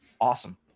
awesome